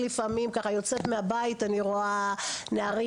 שלפעמים אני יוצאת מהבית ורואה נערים